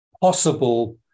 possible